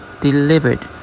delivered